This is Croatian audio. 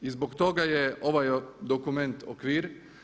I zbog toga je ovaj dokument okvir.